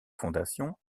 fondations